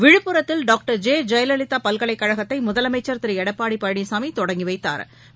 விழுப்புரத்தில் டாக்டர் ஜெ ஜெயலலிதா பல்கலைக் கழகத்தை முதலமைச்சர் திரு எடப்பாடி பழனிசாமி தொடங்கி வைத்தாா்